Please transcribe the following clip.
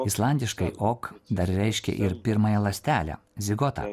islandiškai ok dar reiškia ir pirmąją ląstelę zigota